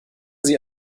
sie